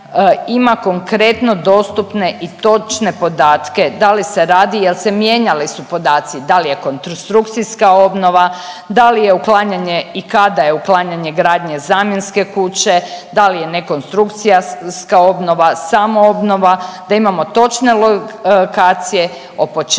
ima konkretno dostupne i točne podatke da li se radi jel se mijenjali se podaci, dal je konstrukcijska obnova, da li je uklanjanje i kada je uklanjanje gradnje zamjenske kuće, da li je ne konstrukcijska obnova, samoobnova, da imamo točne lokacije o početku